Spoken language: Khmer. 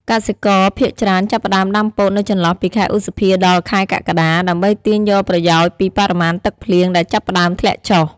កសិករភាគច្រើនចាប់ផ្ដើមដាំពោតនៅចន្លោះពីខែ ឧសភា ដល់ ខែកក្កដា ដើម្បីទាញយកប្រយោជន៍ពីបរិមាណទឹកភ្លៀងដែលចាប់ផ្ដើមធ្លាក់ចុះ។